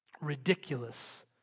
Ridiculous